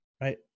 Right